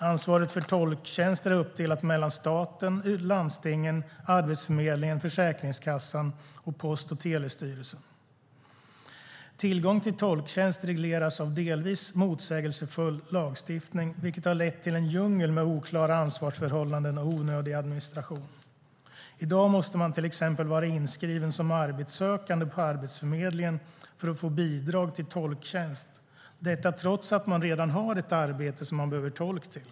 "Ansvaret för tolktjänst är uppdelat mellan staten, landstingen, Arbetsförmedlingen, Försäkringskassan och Post och Telestyrelsen. Tillgång till tolktjänst regleras av delvis motsägelsefull lagstiftning, vilket har lett till en djungel med oklara ansvarsförhållanden och onödig administration. Idag måste man t ex vara inskriven som arbetssökande på Arbetsförmedlingen för att få bidrag till tolktjänst, detta trots att man redan har ett arbete som man behöver tolk till.